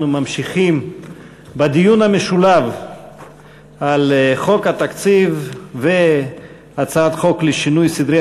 אנחנו ממשיכים בדיון המשולב על הצעת חוק התקציב והצעת חוק לשינוי סדרי